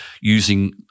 using